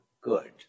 good